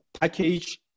package